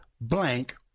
blank